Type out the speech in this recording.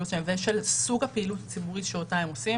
וסוג הפעילות הציבורית שאותה הם עושים